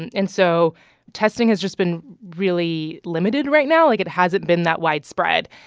and and so testing has just been really limited right now. like, it hasn't been that widespread.